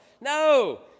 No